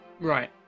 Right